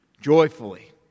joyfully